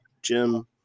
Jim